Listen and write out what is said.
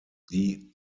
die